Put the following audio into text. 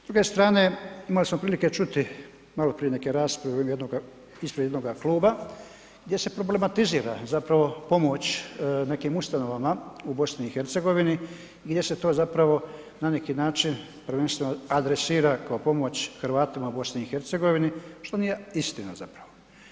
S druge strane imali smo prilike čuti maloprije neke rasprave ispred jednog kluba, gdje se problematizira zapravo pomoć nekim ustanovama u BiH i gdje se to zapravo na neki način prvenstveno adresira kao pomoć Hrvatima u BiH što nije istina zapravo.